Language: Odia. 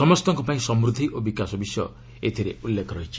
ସମସ୍ତଙ୍କ ପାଇଁ ସମୃଦ୍ଧି ଓ ବିକାଶ ବିଷୟ ଏଥିରେ ଉଲ୍ଲେଖ ରହିଛି